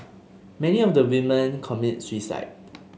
many of the women commit suicide